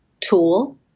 tool